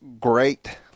great